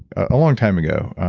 a long time ago,